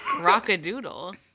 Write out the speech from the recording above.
Rock-a-doodle